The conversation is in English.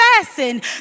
fasten